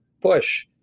push